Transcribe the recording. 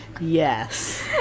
Yes